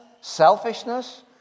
selfishness